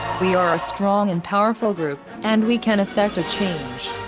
we are a strong and powerful group, and we can affect a change.